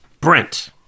Brent